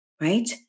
right